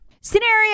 Scenario